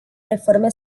reforme